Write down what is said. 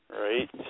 Right